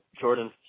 Jordan